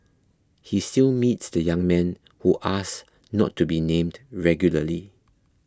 he still meets the young man who asked not to be named regularly